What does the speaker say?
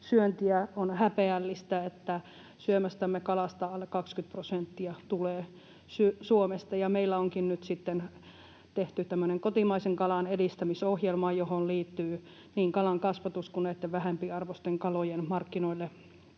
syöntiä. On häpeällistä, että syömästämme kalasta alle 20 prosenttia tulee Suomesta, ja meillä onkin nyt tehty tämmöinen kotimaisen kalan edistämisohjelma, johon liittyvät niin kalankasvatus kuin vähempiarvoisten kalojen markkinoille